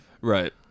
Right